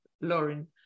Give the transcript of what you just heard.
Lauren